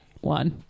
one